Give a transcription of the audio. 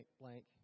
blank